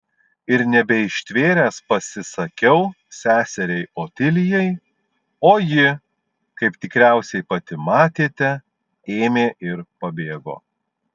ir nebeištvėręs pasisakiau seseriai otilijai o ji kaip tikriausiai pati matėte ėmė ir pabėgo